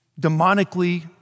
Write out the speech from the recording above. demonically